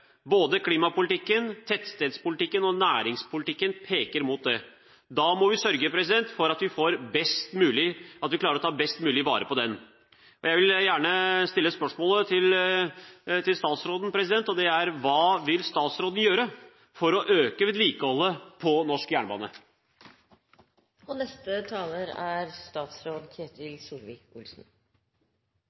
Både klimapolitikken, tettstedspolitikken og næringspolitikken peker mot det. Da må vi sørge for at vi klarer å ta best mulig vare på den. Jeg vil gjerne stille et spørsmål til statsråden, og det er: Hva vil statsråden gjøre for å øke vedlikeholdet på norsk jernbane? Jeg er